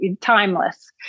timeless